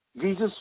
Jesus